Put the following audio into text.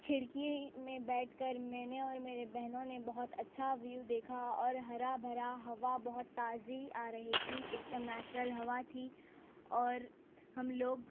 کھڑکی میں بیٹھ کر میں نے اور میرے بہنوں نے بہت اچھا ویو دیکھا اور ہرا بھرا ہوا بہت تازی آ رہی تھی ایک دم نیچرل ہوا تھی اور ہم لوگ